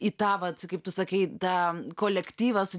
į tą vat kaip tu sakei tą kolektyvą su